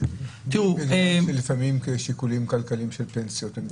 יש לפעמים שיקולים כלכליים של פנסיות ממדינות מסוימות.